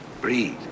Breathe